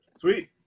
Sweet